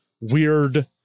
weird